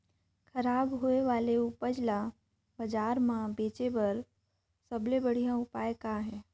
खराब होए वाले उपज ल बाजार म बेचे बर सबले बढ़िया उपाय का हे?